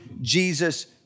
Jesus